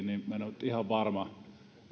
niin minä en ole nyt ihan varma